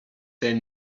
tell